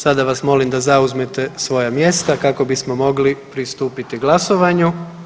Sada vas molim da zauzmete svoja mjesta kako bismo mogli pristupiti glasovanju.